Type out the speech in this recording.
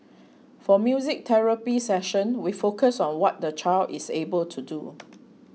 for music therapy session we focus on what the child is able to do